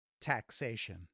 taxation